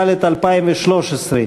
התשע"ד 2013,